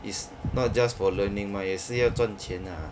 it's not just for learning mah 也是要赚钱 ah